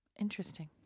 Interesting